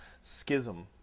schism